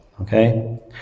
okay